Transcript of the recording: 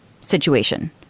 situation